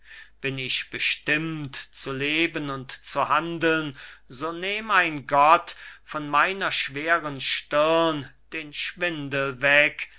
bin ich bestimmt zu leben und zu handeln so nehm ein gott von meiner schweren stirn den schwindel weg